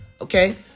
okay